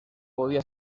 podia